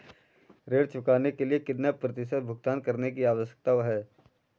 ऋण चुकाने के लिए कितना प्रतिशत भुगतान करने की आवश्यकता है?